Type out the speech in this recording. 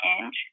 inch